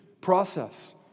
process